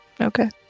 Okay